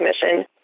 Commission